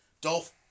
Dolph